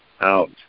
out